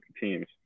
teams